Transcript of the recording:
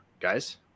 guys